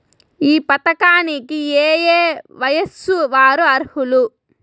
ఈ పథకానికి ఏయే వయస్సు వారు అర్హులు?